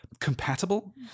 compatible